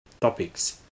topics